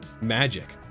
magic